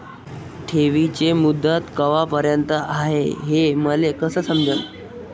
ठेवीची मुदत कवापर्यंत हाय हे मले कस समजन?